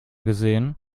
gesehen